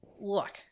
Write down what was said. look